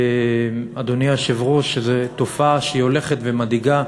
אדוני היושב-ראש, שזאת תופעה הולכת ומדאיגה.